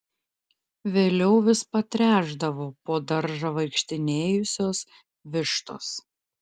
vėliau vis patręšdavo po daržą vaikštinėjusios vištos